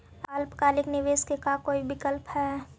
अल्पकालिक निवेश के का कोई विकल्प है?